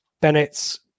Bennett's